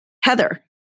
Heather